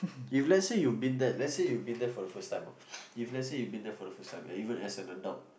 if let's say you've been there let's say you've been there for a first time if let's say you've been there for a first time and even as an adult